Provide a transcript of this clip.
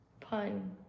Pun